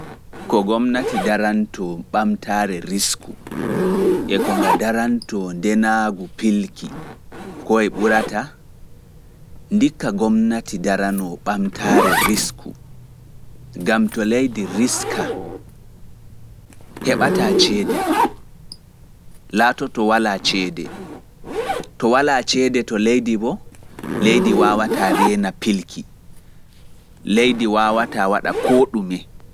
Ko gomnati daranto ɓamtaare risku e ko nga daranto ndenaagu piilki koe ɓurata? Ndikka gomnati darano ɓamtaare risku gam to leidi riska, eala cede. To cede wala, gomnati wawata reena piilki.